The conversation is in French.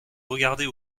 regarder